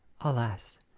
Alas